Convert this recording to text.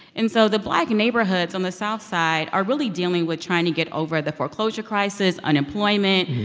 and so the black and neighborhoods on the south side are really dealing with trying to get over the foreclosure crisis, unemployment,